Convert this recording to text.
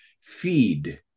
feed